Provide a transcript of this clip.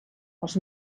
els